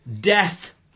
death